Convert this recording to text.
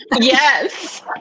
Yes